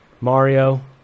Mario